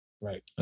Right